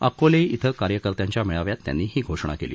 अकोले येथे कार्यकर्त्यांच्या मेळाव्यात त्यांनी ही घोषणा केली